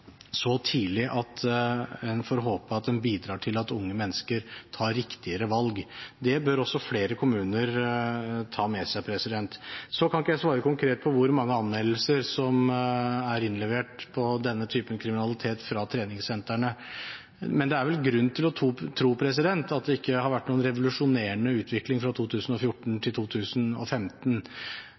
så tidlig at en får håpe at en bidrar til at unge mennesker tar riktigere valg. Det bør også flere kommuner ta med seg. Så kan ikke jeg svare konkret på hvor mange anmeldelser som er innlevert når det gjelder denne typen kriminalitet fra treningssentrene, men det er vel grunn til å tro at det ikke har vært noen revolusjonerende utvikling fra 2014 til 2015.